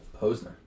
Posner